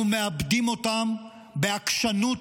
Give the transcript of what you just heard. אנחנו מאבדים אותם, בעקשנות,